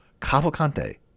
Cavalcante